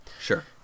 Sure